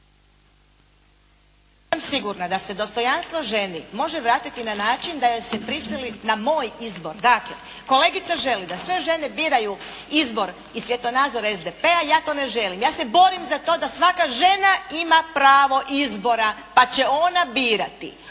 ja nisam sigurna da se dostojanstvo ženi može vratiti na način da ju se prisili na moj izbor. Dakle, kolegica želi da sve žene biraju izbor iz svjetonazora SDP-a. Ja to ne želim. Ja se borim za to da svaka žena ima pravo izbora pa će ona birati